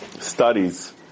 studies